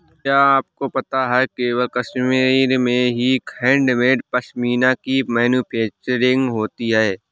क्या आपको पता है केवल कश्मीर में ही हैंडमेड पश्मीना की मैन्युफैक्चरिंग होती है